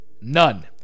none